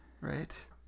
Right